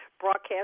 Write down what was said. broadcast